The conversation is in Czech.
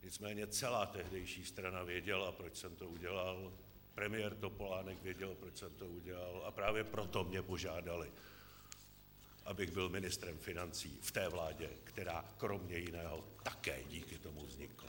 Nicméně celá tehdejší strana věděla, proč jsem to udělal, premiér Topolánek věděl, proč jsem to udělal, a právě proto mě požádali, abych byl ministrem financí v té vládě, která kromě jiného také díky tomu vznikla.